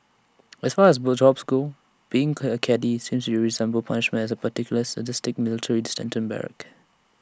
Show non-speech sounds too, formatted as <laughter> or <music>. as far as jobs go being <unintelligible> A caddie seems to resemble punishment at A particularly sadistic military detention barrack